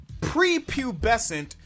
prepubescent